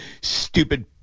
stupid